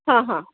हां हां